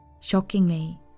Shockingly